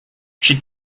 she